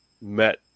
met